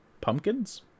pumpkins